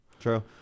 True